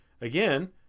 again